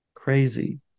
crazy